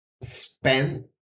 spend